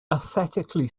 aesthetically